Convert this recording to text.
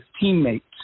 teammates